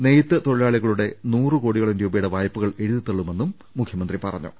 നെയ്ത്ത് തൊഴിലാളികളുടെ നൂറുകോടിയോളം രൂപയുടെ വായ്പ കൾ എഴുതിതള്ളുമെന്നും മുഖ്യമന്ത്രി പറഞ്ഞു